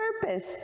purpose